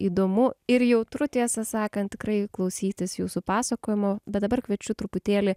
įdomu ir jautru tiesą sakant tikrai klausytis jūsų pasakojimo bet dabar kviečiu truputėlį